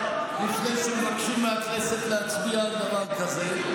מה לומר לפני שיבקשו מהכנסת להצביע על דבר כזה.